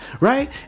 Right